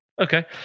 Okay